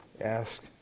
ask